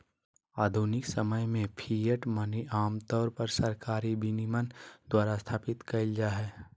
आधुनिक समय में फिएट मनी आमतौर पर सरकारी विनियमन द्वारा स्थापित कइल जा हइ